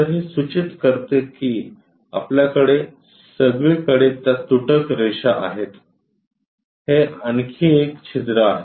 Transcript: तर हे सूचित करते की आपल्याकडे सगळीकडे त्या तुटक रेषा आहेत हे आणखी एक छिद्र आहे